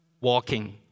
walking